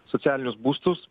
socialinius būstus